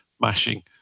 mashing